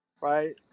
right